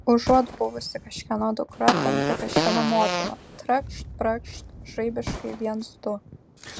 užuot buvusi kažkieno dukra tampi kažkieno motina trakšt brakšt žaibiškai viens du